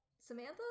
Samantha